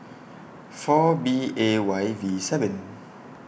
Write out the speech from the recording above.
four B A Y V seven